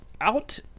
out